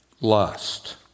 Lust